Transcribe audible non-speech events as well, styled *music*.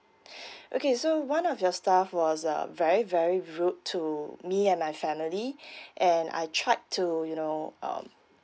okay so one of your staff was um very very rude to me and my family *breath* and I tried to you know um